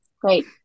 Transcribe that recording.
great